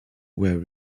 were